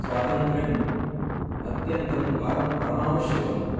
स्वातन्त्र्यम् अत्यन्तं परमावश्यकं